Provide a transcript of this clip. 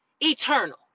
Eternal